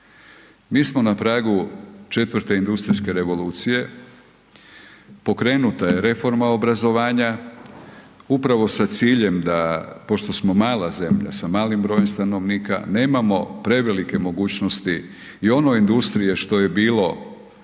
Mi smo n pragu IV. industrijske revolucije, pokrenuta je reforma obrazovanja, upravo sa ciljem da pošto smo mala zemlja sa malim brojem stanovnika, nemamo prevelike mogućnosti i ono industrije što je bilo,